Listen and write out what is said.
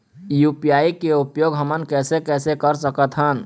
UPI के उपयोग हमन कैसे कैसे कर सकत हन?